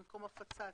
במקום "הפצת",